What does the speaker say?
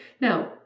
Now